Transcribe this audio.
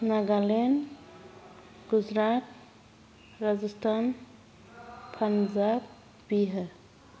Nagaland Gujarat Rajasthan Punjab Bihar